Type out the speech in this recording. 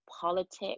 politics